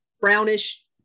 brownish